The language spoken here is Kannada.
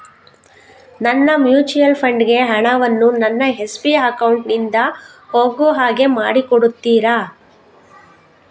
ನನ್ನ ಮ್ಯೂಚುಯಲ್ ಫಂಡ್ ಗೆ ಹಣ ವನ್ನು ನನ್ನ ಎಸ್.ಬಿ ಅಕೌಂಟ್ ನಿಂದ ಹೋಗು ಹಾಗೆ ಮಾಡಿಕೊಡುತ್ತೀರಾ?